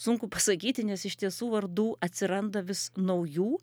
sunku pasakyti nes iš tiesų vardų atsiranda vis naujų